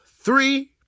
three